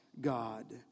God